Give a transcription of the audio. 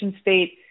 state